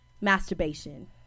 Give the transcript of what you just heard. masturbation